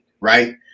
Right